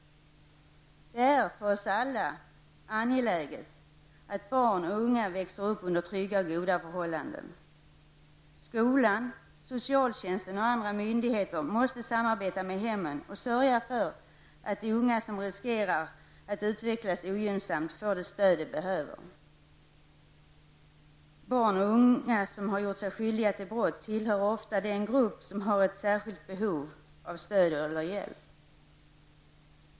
Det är för oss alla angeläget att barn och unga växer upp under trygga och goda förhållanden. Skolan, socialtjänsten och andra myndigheter måste samarbeta med hemmen och sörja för att de unga som riskerar att utvecklas ogynnsamt får det stöd som de behöver. Barn och unga som har gjort sig skyldiga till brott tillhör ofta den grupp som har ett särskilt behov av stöd eller hjälp.